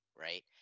right